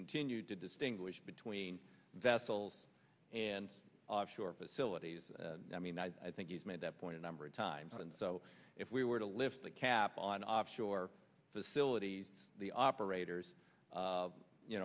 continue to distinguish between vessels and offshore facilities i mean i think he's made that point a number of times and so if we were to lift the cap on offshore facilities the operators